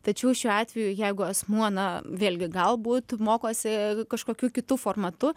tačiau šiuo atveju jeigu asmuo na vėlgi galbūt mokosi kažkokiu kitu formatu